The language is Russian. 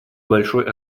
большой